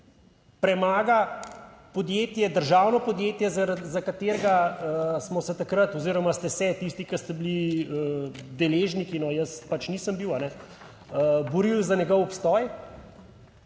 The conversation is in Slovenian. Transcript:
podjetje, državno podjetje, za katerega smo se takrat oziroma ste se tisti, ki ste bili deležniki, jaz pač nisem bil, borili za njegov obstoj.